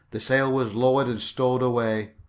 the sail was lowered and stowed away.